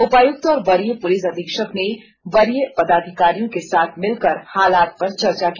उपायुक्त और वरीय पुलिस अधीक्षक ने वरीय पदाधिकारियों के साथ मिलकर हालात पर चर्चा की